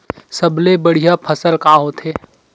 सबले बढ़िया फसल का होथे?